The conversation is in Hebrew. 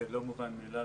זה לא מובן מאליו.